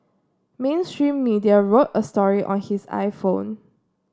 mainstream media wrote a story on his I Phone